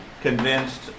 convinced